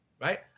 Right